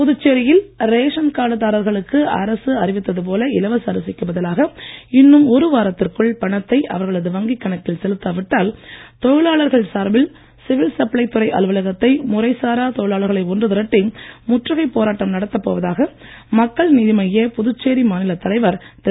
புதுச்சேரியில் ரேஷன் கார்டுதாரர்களுக்கு அரசு அறிவித்தது போல இலவச அரிசிக்கு பதிலாக இன்னும் ஒரு வாரத்திற்குள் பணத்தை அவர்களது வங்கிக் கணக்கில் செலுத்தாவிட்டால் தொழிலாளர்கள் சார்பில் சிவில் சப்ளை துறை அலுவலகத்தை முறைசாரா தொழிலாளர்களை ஒன்றுதிரட்டி முற்றுகைப் போராட்டம் நடத்தப் போவதாக மக்கள் நீதிமய்ய புதுச்சேரி மாநிலத் தலைவர் திரு